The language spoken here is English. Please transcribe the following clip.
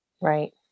Right